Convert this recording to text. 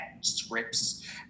scripts